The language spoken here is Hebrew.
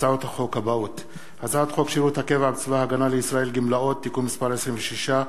הצעת חוק שירות הקבע בצבא-הגנה לישראל (גמלאות) (תיקון מס' 26),